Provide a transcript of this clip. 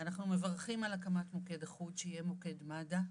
אנחנו מברכים על הקמת מוקד אחוד שיהיה מוקד מד"א,